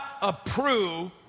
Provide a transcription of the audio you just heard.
approve